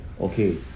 okay